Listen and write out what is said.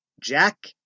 Jack